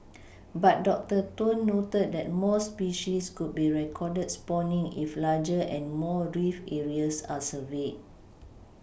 but doctor Tun noted that more species could be recorded spawning if larger and more reef areas are surveyed